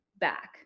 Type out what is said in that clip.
back